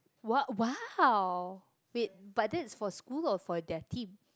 !wow! !wow! wait but that's for school or for their team